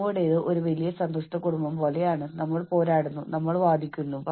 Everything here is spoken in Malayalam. ഞാൻ ചെയ്ത ഒരു കാര്യത്തിന്റെ ഫലത്തെക്കുറിച്ച് ഞാൻ സമ്മർദ്ദത്തിലാണ്